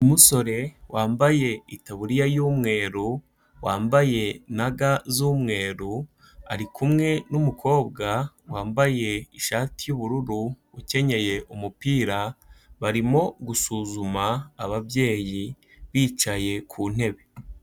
Umusore wambaye itaburiya y'umweru, wambaye na ga z'umweru, ari kumwe n'umukobwa wambaye ishati y'ubururu, ukenyeye umupira, barimo gusuzuma ababyeyi bicaye ku ntebe.